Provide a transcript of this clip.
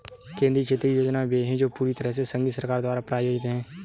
केंद्रीय क्षेत्र की योजनाएं वे है जो पूरी तरह से संघीय सरकार द्वारा प्रायोजित है